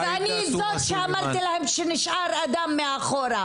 אני זאת שאמרתי להם שנשאר אדם מאחור.